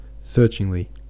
searchingly